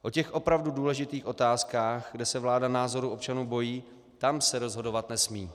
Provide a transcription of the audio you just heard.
O opravdu důležitých otázkách, kde se vláda názoru občanů bojí, tam se rozhodovat nesmí.